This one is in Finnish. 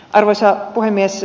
arvoisa puhemies